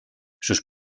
sus